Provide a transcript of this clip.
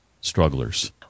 strugglers